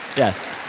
yes.